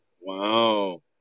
wow